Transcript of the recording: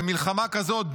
במלחמה כזאת,